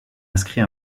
inscrit